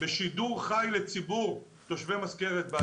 בשידור חי לציבור תושבי מזכרת בתיה.